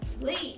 leave